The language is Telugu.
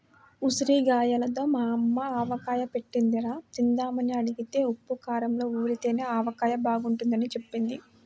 ఉసిరిగాయలతో మా యమ్మ ఆవకాయ బెట్టిందిరా, తిందామని అడిగితే ఉప్పూ కారంలో ఊరితేనే ఆవకాయ బాగుంటదని జెప్పింది